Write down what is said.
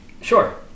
Sure